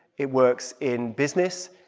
it works in business.